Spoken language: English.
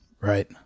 right